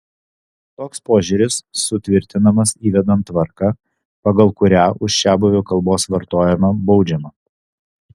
toks požiūris sutvirtinamas įvedant tvarką pagal kurią už čiabuvių kalbos vartojimą baudžiama